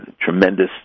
tremendous